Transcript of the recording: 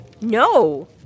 No